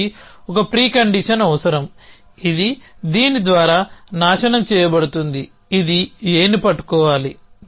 దీనికి ఒక precondition అవసరం ఇది దీని ద్వారా నాశనం చేయబడుతుంది ఇది A ని పట్టుకోవాలి